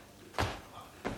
בבקשה,